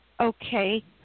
Okay